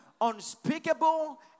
unspeakable